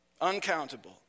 uncountable